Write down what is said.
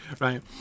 right